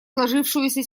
сложившуюся